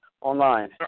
online